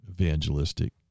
evangelistic